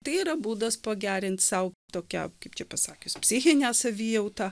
tai yra būdas pagerint sau tokią kaip čia pasakius psichinę savijautą